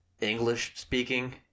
English-speaking